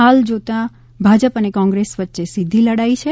હાલ જોતા ભાજપ અને કોંગ્રેસ વચ્ચે સીધી લડાઈ છે